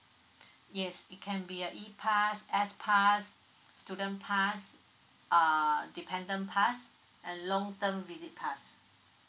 yes it can be a E pass S pass student pass err dependent pass and long term visit pass